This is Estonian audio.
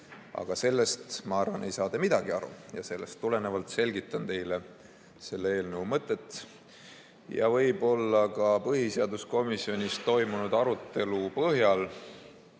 Aga sellest, ma arvan, ei saa te midagi aru ja sellest tulenevalt ma selgitan teile selle eelnõu mõtet ja põhiseaduskomisjonis toimunud arutelu põhjal